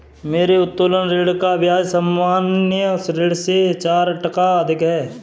मेरे उत्तोलन ऋण का ब्याज सामान्य ऋण से चार टका अधिक है